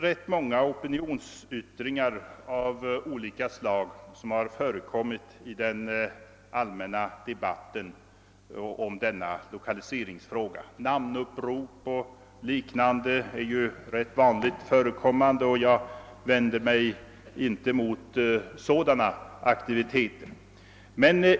| Rätt många opinionsyttringar av olika slag har förekommit i den allmänna debatten om denna lokaliseringsfråga. Namninsamlingar och liknande förekommer ju rätt ofta, och jag vänder mig inte emot sådana aktiviteter.